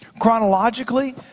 Chronologically